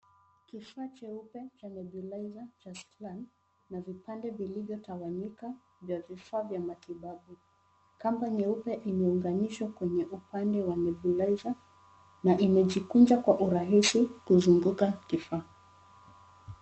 Kifaa cheupe cha nebulizer cha Scian na vipande vilivyotawanyika vya vifaa vya matibabu. Kamba nyeupe imeunganishwa kwenye upande wa nebulizer na imejikunja kwa urahisi kuzunguka kifaa.